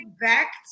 back